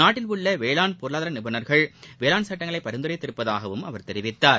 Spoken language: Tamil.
நாட்டிலுள்ள வேளாண் பொருளாதார நிபுணர்கள் வேளாண் சட்டங்களை பரிந்துரைத்துள்ளதாகவும் அவர் தெரிவித்தார்